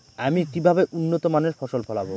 আমি কিভাবে উন্নত মানের ফসল ফলাব?